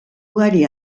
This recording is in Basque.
ugari